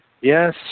Yes